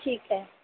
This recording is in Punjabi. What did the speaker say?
ਠੀਕ ਹੈ